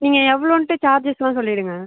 நீங்கள் எவ்ளோன்ட்டு சார்ஜெஸ்லாம் சொல்லிவிடுங்க